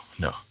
no